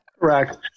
Correct